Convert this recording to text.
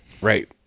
Right